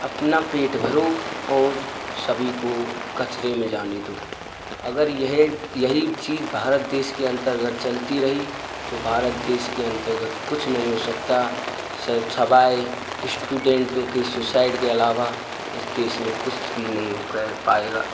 अपना पेट भरो और सभी को कचरे में जाने दो अगर यह यही चीज़ भारत देश के अन्तर्गत चलती रही तो भारत देश के अन्तर्गत कुछ नहीं हो सकता सिवाय इश्टूडेन्टों के सुसाइड के अलावा इस देश में कुछ भी नहीं वो कर पाएगा